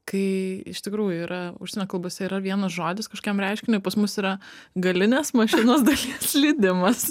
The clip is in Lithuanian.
kai iš tikrųjų yra užsienio kalbose yra vienas žodis kažkokiam reiškiniui pas mus yra galinės mašinos slydimas